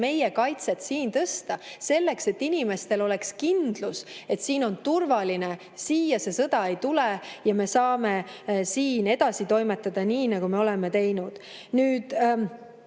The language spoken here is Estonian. meie kaitset siin tugevdada, selleks et inimestel oleks kindlus, et siin on turvaline, siia see sõda ei tule ja me saame siin edasi toimetada nii, nagu me oleme teinud. Nüüd,